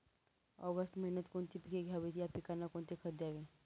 August महिन्यात कोणती पिके घ्यावीत? या पिकांना कोणते खत द्यावे?